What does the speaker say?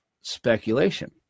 speculation